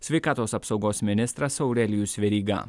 sveikatos apsaugos ministras aurelijus veryga